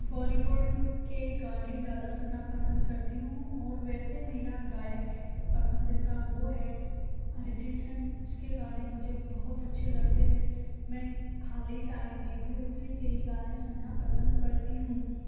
बॉलीवुड के गाने ज़्यादा सुनना पसंद करती हूँ और वैसे मेरा गायक पसंदीता वो है अरिजीत सिंह उसके गाने मुझे बहुत अच्छे लगते हैं मैं खाली टाइम में भी उसी के ही गाने सुनना पसंद करती हूँ